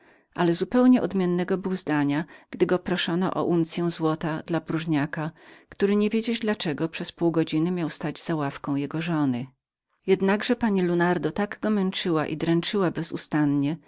ale zupełnie odmiennego był zdania gdy go proszono o danie uncyi złota dla próżniaka który nie wiedzieć dla czego przez pół godziny miał stać za ławką jego żony jednakże pani lunardo tak go męczyła i dręczyła bezustannie